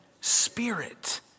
spirit